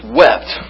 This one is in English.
wept